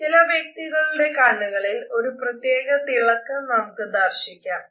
ചില വ്യക്തികളുടെ കണ്ണുകളിൽ ഒരു പ്രത്യേക തിളക്കം നമുക്ക് ദർശിയ്ക്കാം